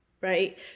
right